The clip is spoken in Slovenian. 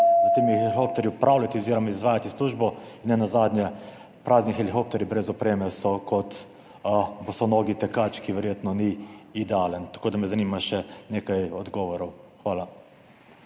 te helikopterje upravljati oziroma izvajati službo. Nenazadnje so prazni helikopterji brez opreme kot bosonogi tekač, ki verjetno ni idealen. Tako da me zanima še nekaj odgovorov. Hvala.